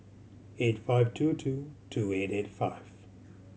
eight five two two two eight eight five